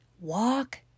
Walk